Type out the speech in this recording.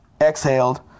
exhaled